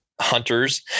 hunters